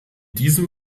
diesem